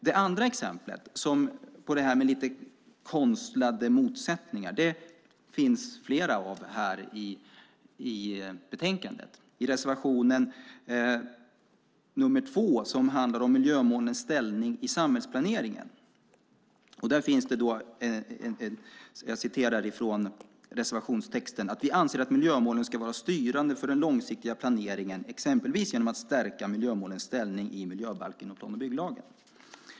Det andra exemplet på konstlade motsättningar - det finns flera i betänkandet - är reservation nr 2 som handlar om miljömålens ställning i samhällsplaneringen. I reservationstexten står det: "Vi anser därför att miljömålen ska vara styrande för den långsiktiga planeringen, exempelvis genom att stärka miljömålens ställning i miljöbalken och plan och bygglagen."